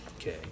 Okay